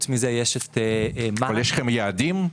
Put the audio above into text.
יש לכם יעדים?